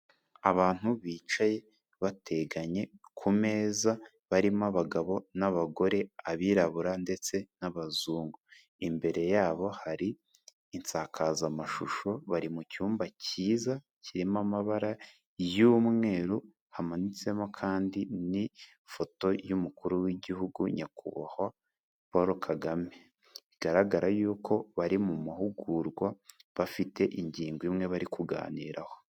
Abantu bicaye bateganye ku meza barimo abagabo n'abagore, abirabura ndetse n'abazungu, imbere yabo hari insakazamashusho, bari mu cyumba cyiza kirimo amabara y'umweru, hamanitsemo kandi n'ifoto y'umukuru w'igihugu nyakubahwa Paul Kagame, bigaragara yuko bari mu mahugurwa bafite ingingo imwe bari kuganiraho.